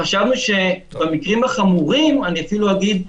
אני אפילו אגיד,